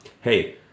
Hey